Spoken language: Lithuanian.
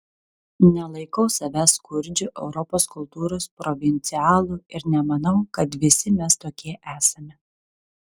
nelaikau savęs skurdžiu europos kultūros provincialu ir nemanau kad visi mes tokie esame